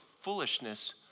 foolishness